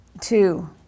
Two